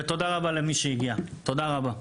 ותודה רבה למי שהגיע, תודה רבה.